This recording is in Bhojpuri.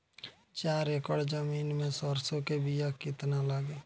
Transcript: चार एकड़ जमीन में सरसों के बीया कितना लागी?